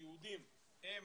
שהיהודים עם